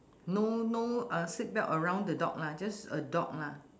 no no uh seatbelt around the dog lah just a dog lah